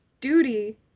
duty